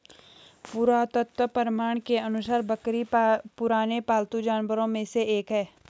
पुरातत्व प्रमाण के अनुसार बकरी पुराने पालतू जानवरों में से एक है